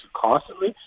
constantly